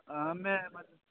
हां में बस